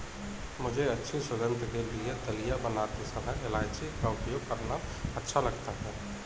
मुझे अच्छी सुगंध के लिए दलिया बनाते समय इलायची का उपयोग करना अच्छा लगता है